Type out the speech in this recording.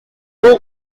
two